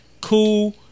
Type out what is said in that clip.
Cool